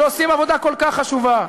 שעושות עבודה כל כך חשובה,